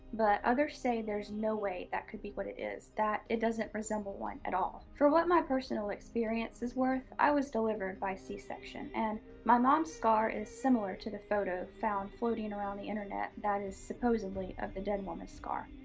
but others say there's no way that could be what it is, that it doesn't resemble one at all. for what my personal experience is worth, i was delivered by c section, and my mom's scar is similar to the photo floating around the internet that is supposedly of the dead woman's scar.